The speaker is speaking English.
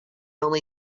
only